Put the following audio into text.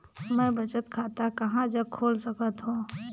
मैं बचत खाता कहां जग खोल सकत हों?